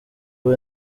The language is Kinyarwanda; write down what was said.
ubu